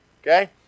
Okay